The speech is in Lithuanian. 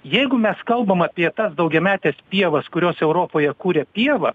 jeigu mes kalbam apie tas daugiametes pievas kurios europoje kūrė pievą